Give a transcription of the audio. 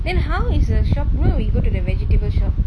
then how is the shop rule you go to the vegetable shop